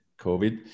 COVID